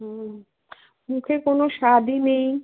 হুম মুখে কোনো স্বাদই নেই